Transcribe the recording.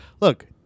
Look